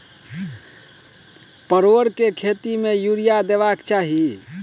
परोर केँ खेत मे यूरिया देबाक चही?